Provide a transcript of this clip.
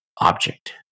object